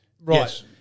Right